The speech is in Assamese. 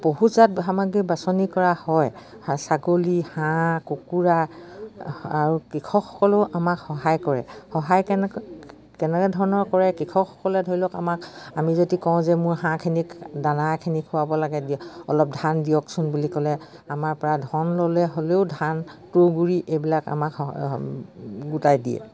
পশুজাত সামগ্ৰী বাছনি কৰা হয় ছাগলী হাঁহ কুকুৰা আৰু কৃষকসকলেও আমাক সহায় কৰে সহায় কেনেকৈ কেনেকৈ ধৰণৰ কৰে কৃষকসকলে ধৰি লওক আমাক আমি যদি কওঁ যে মোৰ হাঁহখিনি দানাখিনি খোৱাব লাগে দিয়ে অলপ ধান দিয়কচোন বুলি ক'লে আমাৰপৰা ধন ল'লে হ'লেও ধান তুহঁগুৰি এইবিলাক আমাক গোটাই দিয়ে